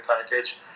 package